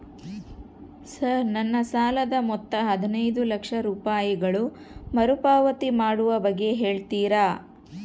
Sir ನನ್ನ ಸಾಲದ ಮೊತ್ತ ಹದಿನೈದು ಲಕ್ಷ ರೂಪಾಯಿಗಳು ಮರುಪಾವತಿ ಮಾಡುವ ಬಗ್ಗೆ ಹೇಳ್ತೇರಾ?